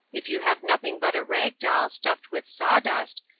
if you have nothing but a rag-doll stuffed with sawdust,